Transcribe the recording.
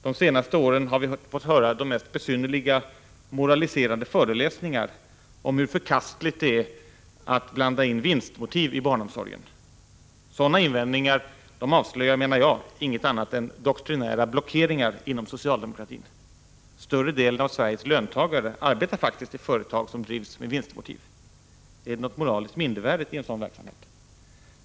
De senaste åren har vi fått höra de mest besynnerliga moraliserande föreläsningar om hur förkastligt det är att blanda in vinstmotiv i barnomsorgen. Sådana invändningar avslöjar, menar jag, inget annat än doktrinära blockeringar inom socialdemokratin. Större delen av Sveriges löntagare arbetar faktiskt i företag som drivs med vinstmotiv. Är det något moraliskt mindervärdigt i en sådan verksamhet?